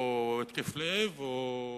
או התקף לב, או